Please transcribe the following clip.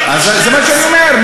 12. זה מה שאני אומר,